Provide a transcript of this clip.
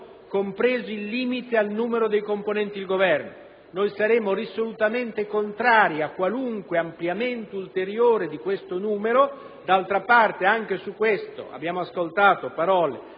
compreso il limite al numero dei componenti il Governo. Noi saremo risolutamente contrari a qualunque ampliamento ulteriore di questo numero; d'altra parte, abbiamo ascoltato anche